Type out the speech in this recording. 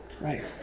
right